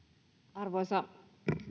arvoisa